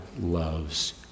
loves